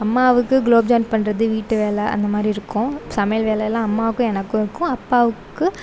அம்மாவுக்கு குலோப் ஜாம் பண்ணுறது வீட்டு வேலை அந்த மாதிரி இருக்கும் சமையல் வேலைலாம் அம்மாவுக்கும் எனக்கும் இருக்கும் அப்பாவுக்கு